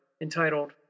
entitled